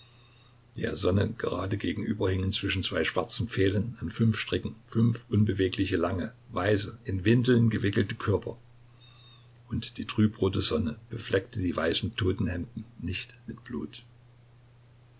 der sonne gerade gegenüber hingen zwischen zwei schwarzen pfählen an fünf stricken fünf unbewegliche lange weiße in windeln gewickelte körper und die trübrote sonne befleckte die weißen totenhemden nicht mit blut